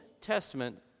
Testament